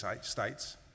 states